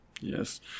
Yes